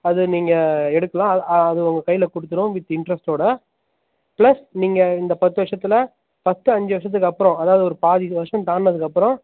அது நீங்கள் எடுக்கலாம் அது உங்கள் கையில் கொடுத்துருவோம் வித் இன்ட்ரெஸ்ட்டோடு ப்ளஸ் நீங்கள் இந்த பத்து வருஷத்தில் ஃபஸ்ட்டு அஞ்சு வருஷத்துக்கு அப்புறம் அதாவது ஒரு பாதி இது வருஷம் தாண்டினதுக்கு அப்புறம்